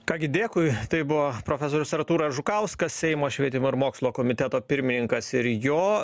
ką gi dėkui tai buvo profesorius artūras žukauskas seimo švietimo ir mokslo komiteto pirmininkas ir jo